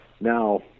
Now